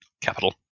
Capital